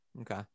Okay